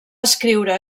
escriure